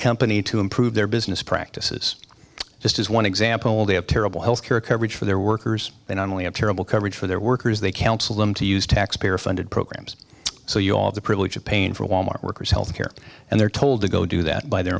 company to improve their business practices just as one example they have terrible health care coverage for their workers they not only have terrible coverage for their workers they counsel them to use taxpayer funded programs so you all the privilege of paying for wal mart workers health care and they're told to go do that by their